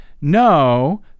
no